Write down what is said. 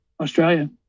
Australia